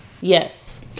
yes